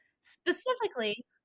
Specifically